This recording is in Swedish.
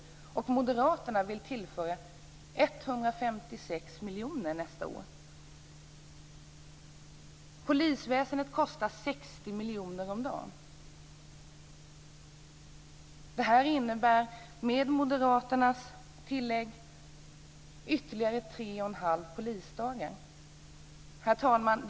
Moderaterna vill tillföra 156 miljoner nästa år. Polisväsendet kostar 60 miljoner om dagen. Det innebär med Moderaternas tillägg ytterligare 3 1⁄2 polisdagar. Herr talman!